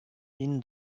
bin